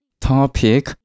topic